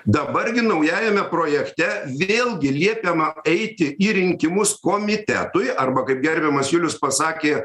dabar gi naujajame projekte vėlgi liepiama eiti į rinkimus komitetui arba kaip gerbiamas julius pasakė